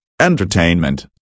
entertainment